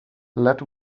let